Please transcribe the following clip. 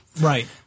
Right